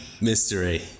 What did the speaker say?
mystery